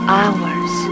hours